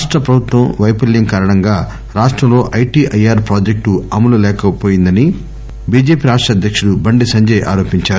రాష్ట ప్రభుత్వం వైఫల్యం కారణంగా రాష్టంలో ఐటిఐఆర్ ప్రాజెక్టు అమలు కాలేకపోయిందని బిజెపి రాష్ట అధ్యక్తుడు బండి సంజయ్ ఆరోపించారు